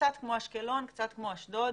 קצת כמו אשקלון וקצת כמו אשדוד.